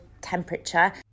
temperature